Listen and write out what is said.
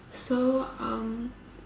so um